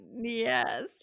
Yes